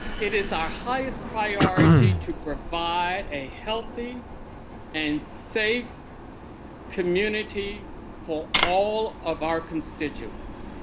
it is our highest priority to provide a healthy and safe community for all of our constituents,